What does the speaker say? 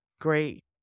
great